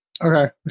Okay